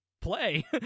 play